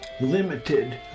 limited